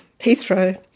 Heathrow